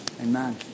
amen